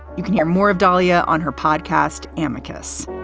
you can hear more of daliah on her podcast, amicus.